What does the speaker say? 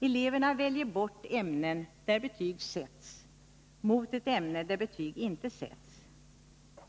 Eleverna väljer bort ämnen där betyg sätts mot ett ämne där betyg inte sätts.